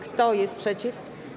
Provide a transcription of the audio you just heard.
Kto jest przeciw?